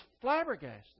flabbergasted